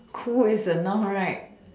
cool is a noun right